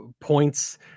points